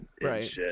right